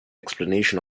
explanation